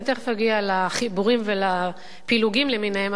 אני תיכף אגיע לחיבורים ולפילוגים למיניהם,